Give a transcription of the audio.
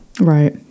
Right